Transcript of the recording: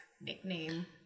nickname